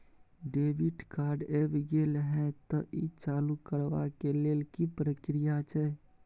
Debit card ऐब गेल हैं त ई चालू करबा के लेल की प्रक्रिया छै?